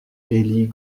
elie